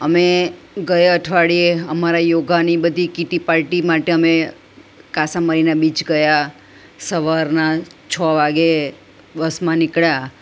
અમે ગએ અઠવાડિયે અમારા યોગાની બધી કીટી પાર્ટી માટે અમે કાસા મરિના બીચ ગયા સવારના છ વાગે બસમાં નીકળ્યા